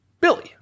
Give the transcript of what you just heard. Billy